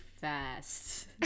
fast